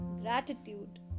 Gratitude